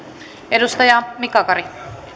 edustaja mika kari